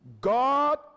God